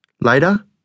Later